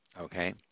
Okay